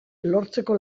lortzeko